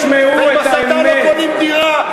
ועם הסתה לא קונים דירה,